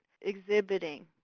exhibiting